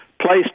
placed